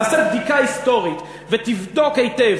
תעשה בדיקה היסטורית ותבדוק היטב,